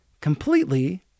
completely